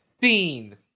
scene